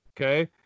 Okay